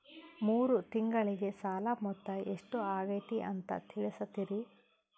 ಮೂರು ತಿಂಗಳಗೆ ಸಾಲ ಮೊತ್ತ ಎಷ್ಟು ಆಗೈತಿ ಅಂತ ತಿಳಸತಿರಿ?